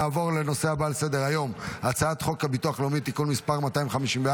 נעבור לנושא הבא על סדר-היום: הצעת חוק הביטוח הלאומי (תיקון מס' 254),